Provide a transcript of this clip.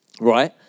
Right